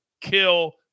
kill